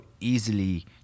easily